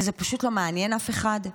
וזה פשוט לא מעניין אף אחד?